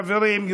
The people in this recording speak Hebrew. חברים,